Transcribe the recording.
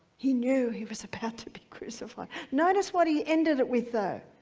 he knew he was about to be crucified. notice what he ended it with, though.